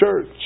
church